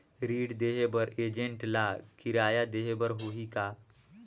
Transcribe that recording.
ऋण देहे बर एजेंट ला किराया देही बर होही का?